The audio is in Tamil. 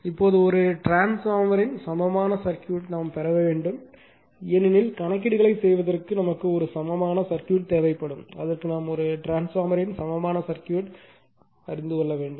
இப்போது ஒரு டிரான்ஸ்பார்மர்யின் சமமான சர்க்யூட் பெற வேண்டும் ஏனெனில் கணக்கீடுகளை செய்வதற்கு நமக்கு ஒரு சமமான டிரான்ஸ்பார்மர் தேவைப்படும் அதற்கு நாம் ஒரு டிரான்ஸ்பார்மர்யின் சமமான சர்க்யூட் தெரிந்து கொள்ள வேண்டும்